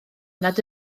nad